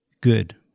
good